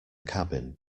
cabin